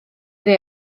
dde